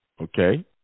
Okay